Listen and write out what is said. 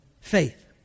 Faith